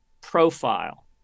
profile